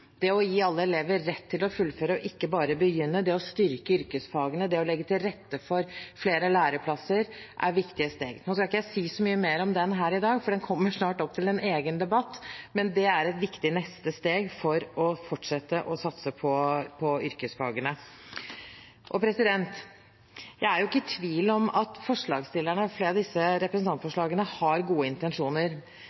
Det å gi alle elever rett til å fullføre og ikke bare begynne, det å styrke yrkesfagene, det å legge til rette for flere læreplasser er viktige steg. Nå skal ikke jeg si så mye mer om den her i dag, for den kommer snart opp til en egen debatt, men det er et viktig neste steg for å fortsette å satse på yrkesfagene. Jeg er ikke i tvil om at forslagsstillerne